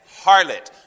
harlot